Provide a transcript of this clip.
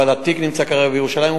אבל התיק נמצא כרגע בפרקליטות.